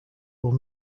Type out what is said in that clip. will